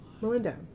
Melinda